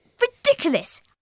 ridiculous